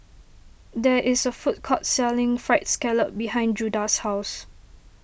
there is a food court selling Fried Scallop behind Judah's house